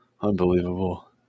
Unbelievable